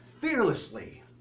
fearlessly